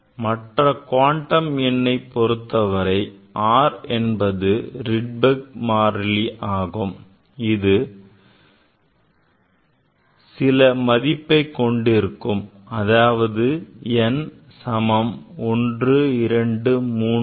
முதன்மை குவாண்டம் எண்ணை பொருத்தவரை R என்பது Rydberg மாறிலி ஆகும் அது சில மதிப்பைப் கொண்டிருக்கும் அதாவது n சமம் 1 2 3